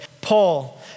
Paul